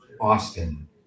austin